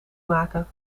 maken